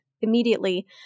immediately